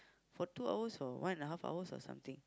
for two hours or one and a half hours or something